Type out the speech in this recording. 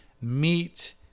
meat